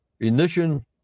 ignition